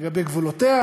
לגבי גבולותיה,